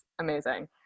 amazing